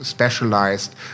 specialized